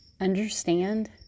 understand